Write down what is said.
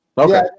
Okay